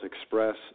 Express